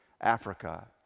Africa